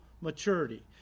maturity